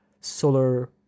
solar